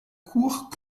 cour